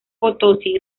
potosí